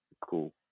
Cool